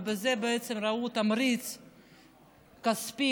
ובזה ראו תמריץ כספי,